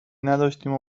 نداشتیم